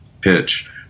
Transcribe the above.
pitch